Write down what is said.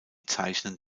zeichen